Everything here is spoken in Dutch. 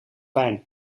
fijn